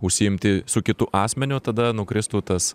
užsiimti su kitu asmeniu tada nukristų tas